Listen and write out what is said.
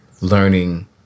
learning